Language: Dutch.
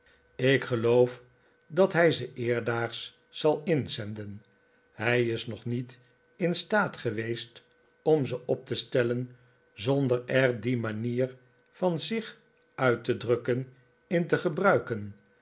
ik geloqf dat hij ze eerstdaags zal inzenden hij is nog niet in staat geweest om ze op te stellen zonder er die manier van zich uit te drukken in te gebruiken